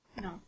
No